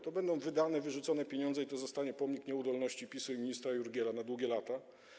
To będą wydane, wyrzucone pieniądze, płot stanie się pomnikiem nieudolności PiS i ministra Jurgiela na długie lata.